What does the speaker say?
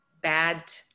bad